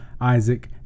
Isaac